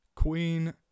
Queen